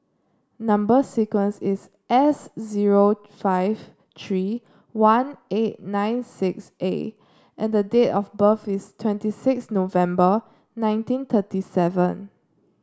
number sequence is S zero five three one eight nine six A and the date of birth is twenty six November nineteen thirty seven